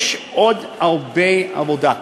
יש עוד הרבה עבודה.